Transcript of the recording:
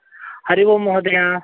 हरिः ओं महोदय